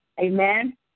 Amen